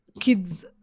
kids